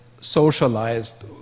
socialized